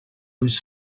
was